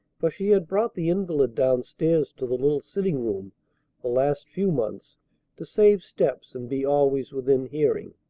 for she had brought the invalid down-stairs to the little sitting-room the last few months to save steps and be always within hearing.